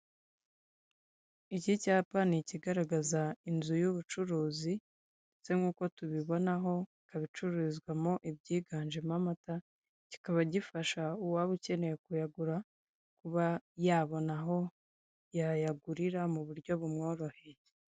Iki cyapa ni ikigaragaza inzu y'ubucuruzi ndetse nk'uko tubibonaho haracurizwamo ibyiganjemo amata; kikaba gifasha uwaba ukeneye kuyagura kuba yabona aho yayagurira mu buryo bumworoheye.